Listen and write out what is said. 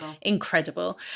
incredible